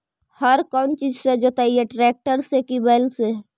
हर कौन चीज से जोतइयै टरेकटर से कि बैल से?